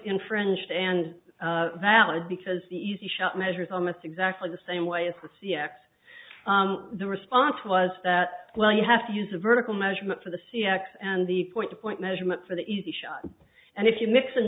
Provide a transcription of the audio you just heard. infringed and valid because the easy shot measures almost exactly the same way as the c x the response was that well you have to use a vertical measurement for the c x and the point to point measurement for the easy shot and if you mix